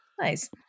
Nice